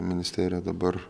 ministerija dabar